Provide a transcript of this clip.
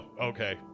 okay